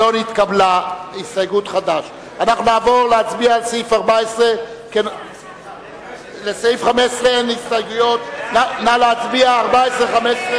ההסתייגות של קבוצת סיעת חד"ש לסעיף 14 לא נתקבלה.